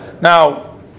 Now